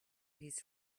his